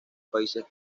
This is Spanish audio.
países